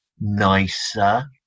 nicer